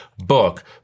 book